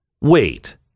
wait